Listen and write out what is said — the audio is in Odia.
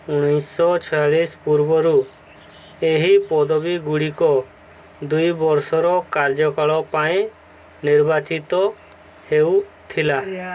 ଉଣେଇଶିଶହ ଛୟାଳିଶ ପୂର୍ବରୁ ଏହି ପଦବୀଗୁଡ଼ିକ ଦୁଇ ବର୍ଷର କାର୍ଯ୍ୟକାଳ ପାଇଁ ନିର୍ବାଚିତ ହେଉଥିଲା